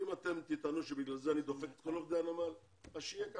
אם אתם תטענו שבגלל זה אני דופק את כל עובדי הנמל אז שיהיה ככה.